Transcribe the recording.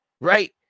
right